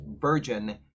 virgin